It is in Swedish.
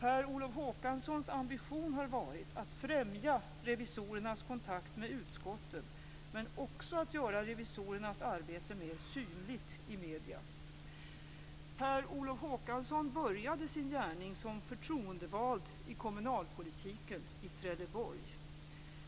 Per Olof Håkanssons ambition har varit att främja revisorernas kontakt med utskotten, men också att göra revisorernas arbete mer synligt i medierna. Per Olof Håkansson började sin gärning som förtroendevald i kommunalpolitiken i Trelleborg.